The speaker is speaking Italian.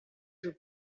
sul